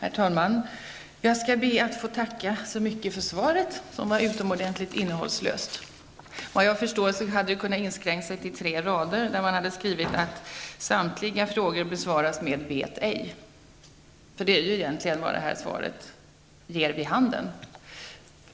Herr talman! Jag skall be att få tacka så mycket för svaret, som var utomordentligt innehållslöst. Såvitt jag förstår hade det kunnat inskränka sig till tre rader, där man hade skrivit att ''samtliga frågor besvaras med vet ej''. Det är ju egentligen vad det här svaret ger vid handen.